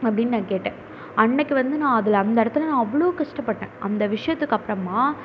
அப்படின்னு நான் கேட்டேன் அன்றைக்கு வந்து நான் அதில் அந்த இடத்துல நான் அவ்வளோ கஷ்டப்பட்டேன் அந்த விஷயத்துக்கு அப்புறமா